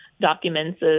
documents